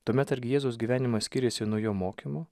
tuomet argi jėzaus gyvenimas skiriasi nuo jo mokymo